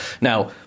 Now